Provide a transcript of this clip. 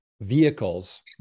vehicles